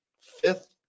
Fifth